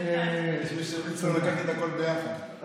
יש מי שימליץ לו לקחת את הכול ביחד.